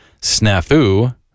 Snafu